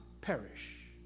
perish